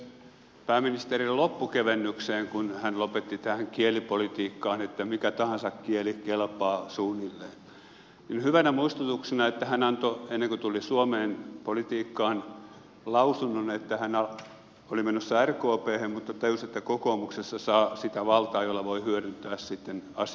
pääministerin loppukevennykseen kun hän lopetti tähän kielipolitiikkaan että mikä tahansa kieli kelpaa suunnilleen hyvänä muistutuksena että hän antoi ennen kuin tuli suomeen politiikkaan lausunnon että hän oli menossa rkphen mutta tajusi että kokoomuksessa saa sitä valtaa jolla voi hyödyntää sitten asioita paremmin